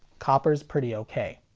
copper's pretty ok.